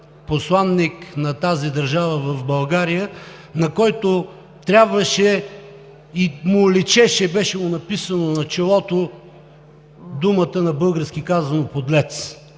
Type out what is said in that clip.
посланик на тази държава в България, на който трябваше и му личеше, беше му написано на челото, думата, на български казано, „подлец“.